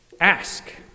ask